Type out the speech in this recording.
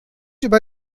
über